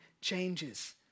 changes